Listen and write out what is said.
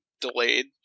delayed